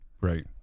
right